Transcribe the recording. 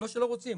לא שלא רוצים.